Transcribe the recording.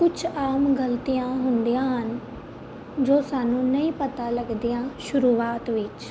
ਕੁਛ ਆਮ ਗਲਤੀਆਂ ਹੁੰਦੀਆਂ ਹਨ ਜੋ ਸਾਨੂੰ ਨਹੀਂ ਪਤਾ ਲੱਗਦੀਆਂ ਸ਼ੁਰੂਆਤ ਵਿੱਚ